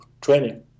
training